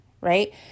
right